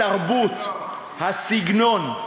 התרבות, הסגנון,